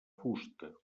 fusta